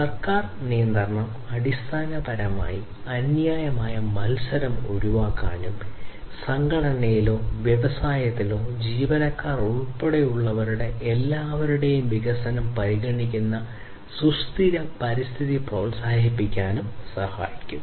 സർക്കാർ നിയന്ത്രണം അടിസ്ഥാനപരമായി അന്യായമായ മത്സരം ഒഴിവാക്കാനും സംഘടനയിലേയോ വ്യവസായത്തിലേയോ ജീവനക്കാർ ഉൾപ്പെടെ എല്ലാവരുടെയും വികസനം പരിഗണിക്കുന്ന സുസ്ഥിര പരിസ്ഥിതി പ്രോത്സാഹിപ്പിക്കാനും സഹായിക്കും